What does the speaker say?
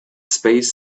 space